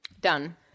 Done